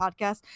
podcast